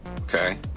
Okay